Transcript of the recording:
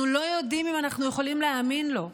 לא יודעים אם אנחנו יכולים להאמין לו,